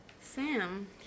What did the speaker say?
Sam